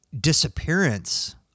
disappearance